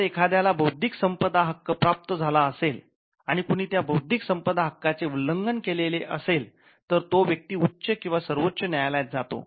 जर एखाद्याला बौद्धिक संपदा हक्क प्राप्त झाला असेल आणि कुणी त्या बौद्धिक संपदा हक्का चे उल्लंघन केलेले असेल तर तो व्यक्ती उच्च किंवा सर्वोच्च न्यायालयात जातो